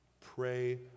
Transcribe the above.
Pray